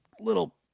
Little